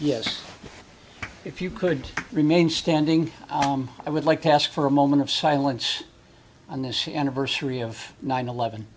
yes if you could remain standing i would like to ask for a moment of silence on this anniversary of nine eleven